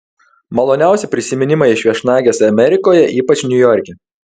maloniausi prisiminimai iš viešnagės amerikoje ypač niujorke